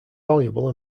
valuable